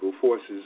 forces